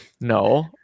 No